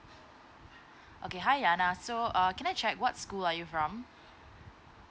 okay hi anna so err can I check what school are you from